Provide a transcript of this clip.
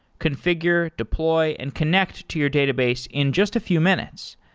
confi gure, deploy and connect to your database in just a few minutes.